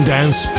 Dance